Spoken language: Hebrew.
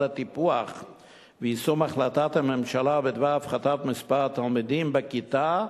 הטיפוח ויישום החלטת הממשלה בדבר הפחתת מספר תלמידים בכיתה,